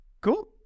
Cool